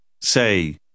Say